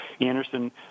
Anderson